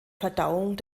verdauung